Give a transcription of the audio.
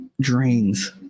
drains